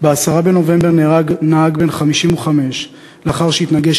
ב-10 בנובמבר נהרג נהג בן 55 לאחר שהתנגש